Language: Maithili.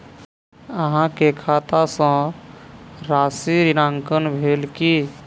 अहाँ के खाता सॅ राशि ऋणांकन भेल की?